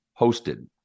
hosted